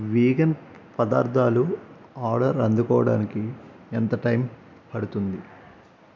vegan పదార్థాలు order అందుకోవడానికి ఎంత టైం పడుతుంది